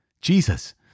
Jesus